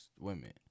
women